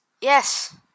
Yes